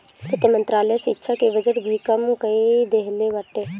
वित्त मंत्रालय शिक्षा के बजट भी कम कई देहले बाटे